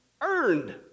earned